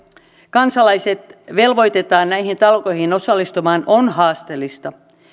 kansalaiset velvoitetaan näihin talkoihin osallistumaan on haasteellista